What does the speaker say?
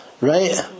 right